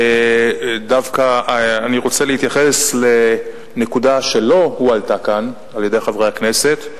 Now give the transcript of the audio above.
דווקא אני רוצה להתייחס לנקודה שלא הועלתה כאן על-ידי חברי הכנסת,